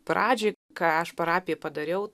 pradžioj ką aš parapijoj padariau